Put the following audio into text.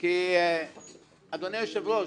אדוני היושב-ראש,